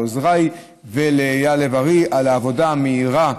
לעוזריי ולאייל לב-ארי על העבודה המהירה,